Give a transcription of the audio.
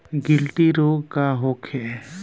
गिल्टी रोग का होखे?